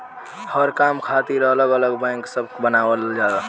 हर काम खातिर अलग अलग बैंक सब बनावल बा